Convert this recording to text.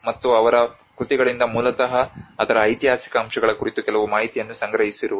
ಮತ್ತು ಅವರ ಕೃತಿಗಳಿಂದ ಮೂಲತಃ ಅದರ ಐತಿಹಾಸಿಕ ಅಂಶಗಳ ಕುರಿತು ಕೆಲವು ಮಾಹಿತಿಯನ್ನು ಸಂಗ್ರಹಿಸಿರುವುದು